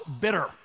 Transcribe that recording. Bitter